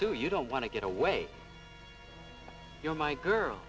sue you don't want to get away you're my girl